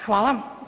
Hvala.